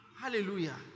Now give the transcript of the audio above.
Hallelujah